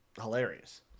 hilarious